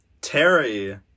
Terry